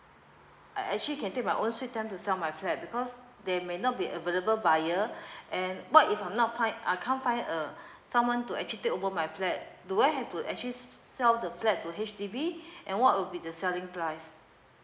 uh actually can take my own sweet time to some my flat because they may not be available buyer and what if I'm not find uh can't find uh someone to actually take over my flat do I have to actually sell the flat to H_D_B and what would be the selling price